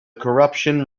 corruption